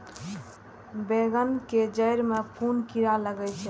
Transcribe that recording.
बेंगन के जेड़ में कुन कीरा लागे छै?